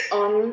on